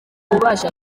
ububasha